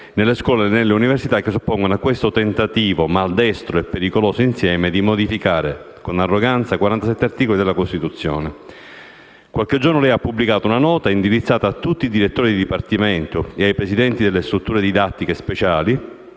nelle scuole e nelle università che si oppongono a questo tentativo, maldestro e pericoloso insieme, di modificare, con arroganza, 47 articoli della Costituzione. Qualche giorno fa, lei ha pubblicato una nota indirizzata a tutti i direttori di dipartimento e ai presidenti delle strutture didattiche speciali,